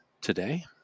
today